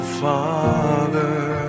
father